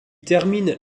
termine